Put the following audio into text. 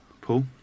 Paul